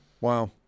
wow